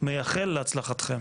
מייחל להצלחתכם.